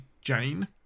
Jane